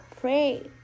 Pray